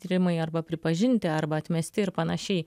tyrimai arba pripažinti arba atmesti ir panašiai